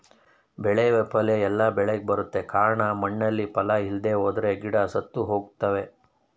ಬೆಳೆ ವೈಫಲ್ಯ ಎಲ್ಲ ಬೆಳೆಗ್ ಬರುತ್ತೆ ಕಾರ್ಣ ಮಣ್ಣಲ್ಲಿ ಪಾಲ ಇಲ್ದೆಹೋದ್ರೆ ಗಿಡ ಸತ್ತುಹೋಗ್ತವೆ